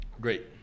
Great